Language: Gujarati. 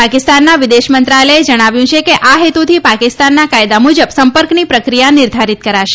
પાકિસ્તાનના વિદેશ મંત્રાલયે જણાવ્યું છે કે આ હેતુથી પાકિસ્તાનના કાયદા મુજબ સંપર્કની પ્રક્રિયા નિર્ધારીત કરાશે